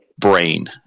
brain